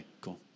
cool